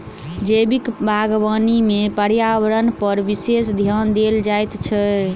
जैविक बागवानी मे पर्यावरणपर विशेष ध्यान देल जाइत छै